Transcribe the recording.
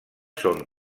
són